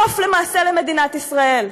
למעשה סוף למדינת ישראל.